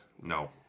No